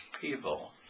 people